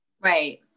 right